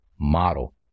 model